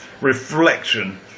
reflection